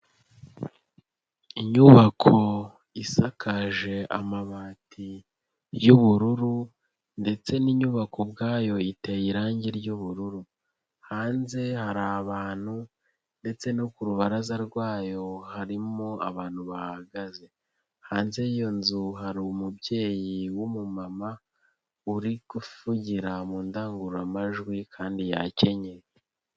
Inyubako isakaje amabati y'ubururu ndetse ni inyubako ubwayo iteye irangi ry'ubururu, hanze hari abantu ndetse no ku rubaraza rwayo harimo abantu bahagaze, hanze y'iyo nzu hari umubyeyi w'umumama uri kuvugira mu ndangururamajwi kandi yakenyeye.